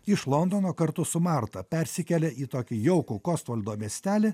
iš londono kartu su marta persikėlė į tokį jaukų kostvoldo miestelį